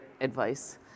advice